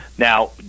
Now